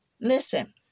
Listen